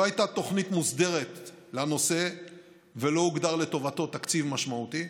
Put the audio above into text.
לא הייתה תוכנית מוסדרת לנושא ולא הוגדר לטובתו תקציב משמעותי,